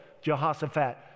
Jehoshaphat